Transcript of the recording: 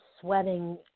sweating